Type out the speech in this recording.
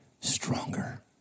stronger